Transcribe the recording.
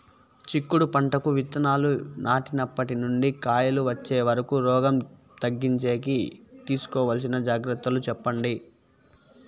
చిక్కుడు పంటకు విత్తనాలు నాటినప్పటి నుండి కాయలు వచ్చే వరకు రోగం తగ్గించేకి తీసుకోవాల్సిన జాగ్రత్తలు చెప్పండి?